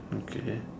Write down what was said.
okay